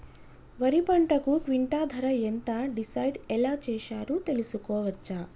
వరి పంటకు క్వింటా ధర ఎంత డిసైడ్ ఎలా చేశారు తెలుసుకోవచ్చా?